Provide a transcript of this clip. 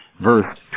verse